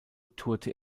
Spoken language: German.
tourte